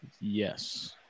Yes